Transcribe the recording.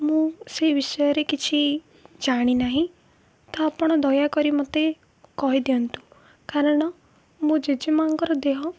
ମୁଁ ସେଇ ବିଷୟରେ କିଛି ଜାଣିନାହିଁ ତ ଆପଣ ଦୟାକରି ମୋତେ କହିଦିଅନ୍ତୁ କାରଣ ମୁଁ ଜେଜେମାଆଙ୍କର ଦେହ